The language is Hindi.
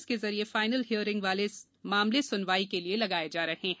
इसके जरिये फाइनल हियरिंग वाले मामले स्नवाई के लिए लगाए जा रहे हैं